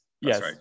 Yes